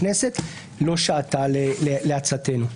הכנסת לא שעתה לעצתנו.